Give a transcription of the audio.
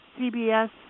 CBS